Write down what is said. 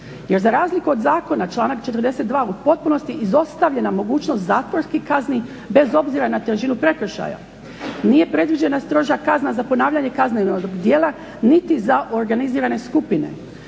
Jer za razliku od zakona, članak 42., u potpunosti izostavljena mogućnost zatvorskih kazni bez obzira na težinu prekršaja. Nije predviđena stroža kazna za ponavljanje kaznenog djela niti za organizirane skupine.